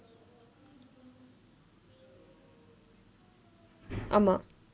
ஆமா:aamaa